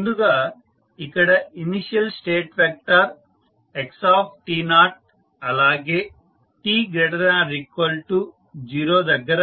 ముందుగా ఇక్కడ initial state vector xt0 అలాగే t ≥ 0 దగ్గర